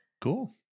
Cool